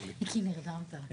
התעוררת?